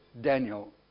Daniel